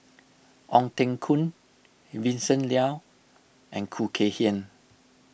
Ong Teng Koon Vincent Leow and Khoo Kay Hian